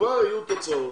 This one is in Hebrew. כבר יהיו תוצאות,